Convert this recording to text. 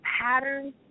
patterns